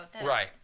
Right